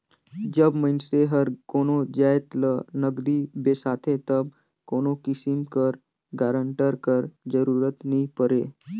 जब मइनसे हर कोनो जाएत ल नगदी बेसाथे तब कोनो किसिम कर गारंटर कर जरूरत नी परे